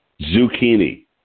zucchini